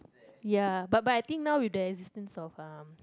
ya but but I think now with the existence of uh